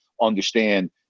understand